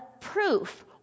proof